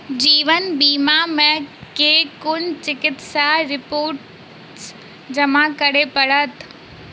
जीवन बीमा मे केँ कुन चिकित्सीय रिपोर्टस जमा करै पड़त?